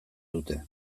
dute